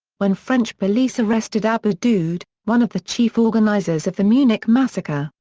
when french police arrested abu daoud, one of the chief organizers of the munich massacre,